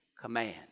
command